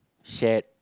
shared